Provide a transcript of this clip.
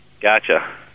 Gotcha